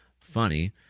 funny